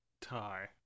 tie